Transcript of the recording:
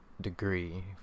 degree